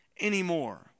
anymore